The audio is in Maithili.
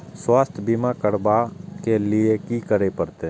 स्वास्थ्य बीमा करबाब के लीये की करै परतै?